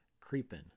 creeping